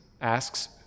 asks